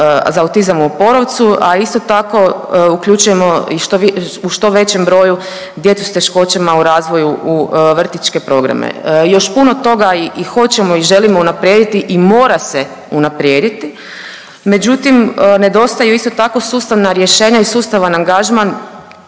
za autizam u Oporovcu, a isto tako uključujemo u što većem broju djecu s teškoćama u razvoju u vrtićke programe. Još puno toga i hoćemo i želimo unaprijediti i mora se unaprijediti, međutim nedostaju isto tako sustavna rješenja i sustavan angažman